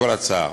בכל הצעה,